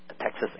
Texas